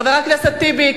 חבר הכנסת טיבי.